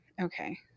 Okay